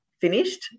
finished